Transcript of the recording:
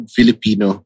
Filipino